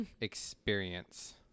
experience